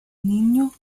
niño